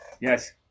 Yes